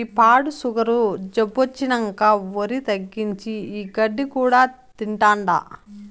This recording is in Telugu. ఈ పాడు సుగరు జబ్బొచ్చినంకా ఒరి తగ్గించి, ఈ గడ్డి కూడా తింటాండా